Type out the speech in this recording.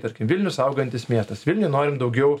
tarkim vilnius augantis miestas vilniuj norim daugiau